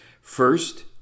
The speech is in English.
First